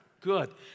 Good